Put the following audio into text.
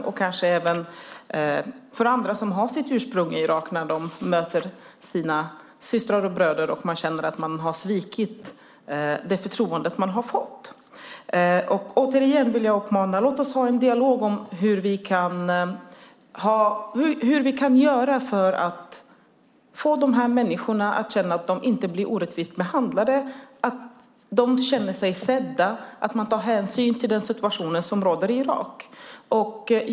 Detsamma kanske gäller även andra som har sitt ursprung i Irak när de möter sina systrar och bröder - man kan känna att man har svikit det förtroende som man har fått. Återigen vill jag uppmana: Låt oss ha en dialog om hur vi kan göra för att få dessa människor att känna att de inte blir orättvist behandlade och att känna sig sedda, att man tar hänsyn till den situation som råder i Irak.